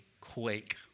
quake